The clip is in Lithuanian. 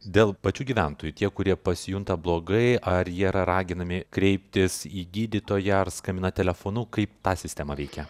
dėl pačių gyventojų tie kurie pasijunta blogai ar jie yra raginami kreiptis į gydytoją ar skambina telefonu kaip ta sistema veikia